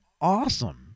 awesome